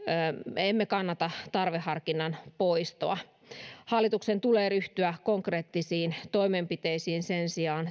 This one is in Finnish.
me emme kannata tarveharkinnan poistoa hallituksen tulee sen sijaan ryhtyä konkreettisiin toimenpiteisiin työehtojen polkemiseen